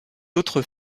autres